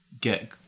get